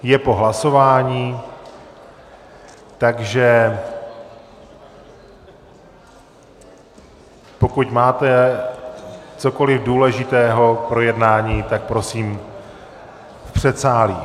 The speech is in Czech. Je po hlasování, takže pokud máme cokoliv důležitého k projednání, tak prosím v předsálí.